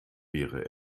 wäre